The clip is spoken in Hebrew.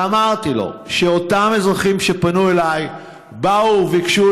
ואמרתי לו שאותם אזרחים שפנו אליי באו ביקשו